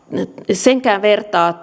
senkään vertaa